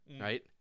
right